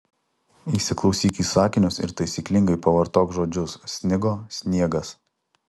įsiklausyk į sakinius ir taisyklingai pavartok žodžius snigo sniegas